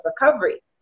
recovery